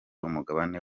umugabane